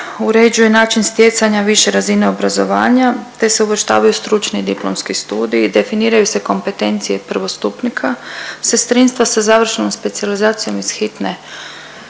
uređuje način stjecanja više razine obrazovanja te se uvrštavaju stručni diplomski studiji, definiraju se kompetencije prvostupnika sestrinstva sa završenom specijalizacijom iz hitne